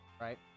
right